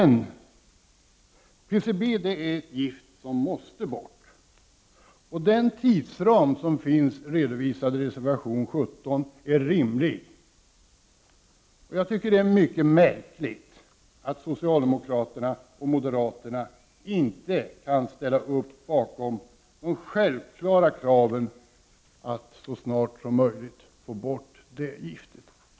PCB är ett gift som måste bort, och den tidsram som finns redovisad i reservation 17 är rimlig. Det är mycket märkligt att socialdemokraterna och moderaterna inte kan ställa upp bakom det självklara kravet att vi så snart som möjligt skall få bort detta gift.